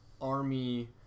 army